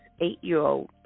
eight-year-old